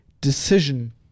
decision